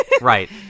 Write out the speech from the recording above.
right